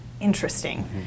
interesting